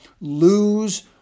lose